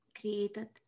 created